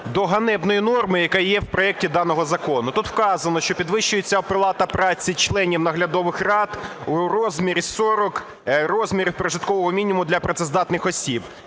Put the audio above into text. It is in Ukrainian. до ганебної норми, яка є в проекті даного закону. Тут вказано, що підвищується оплата праці членів наглядових рад у розмірі 40 розмірів прожиткового мінімуму для працездатних осіб.